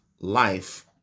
life